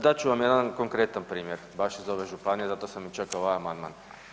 Dat ću vam jedan konkretan primjer baš iz ove županije, zato sam i čekao ovaj amandman.